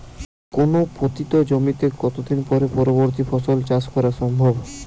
কোনো পতিত জমিতে কত দিন পরে পরবর্তী ফসল চাষ করা সম্ভব?